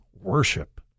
worship